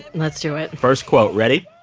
let's do it first quote ready?